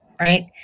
right